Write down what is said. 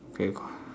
okay